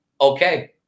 Okay